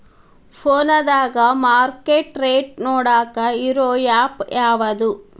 ಫೋನದಾಗ market rate ನೋಡಾಕ್ ಇರು ಆ್ಯಪ್ ಯಾವದು?